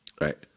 right